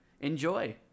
Enjoy